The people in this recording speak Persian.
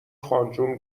خانجون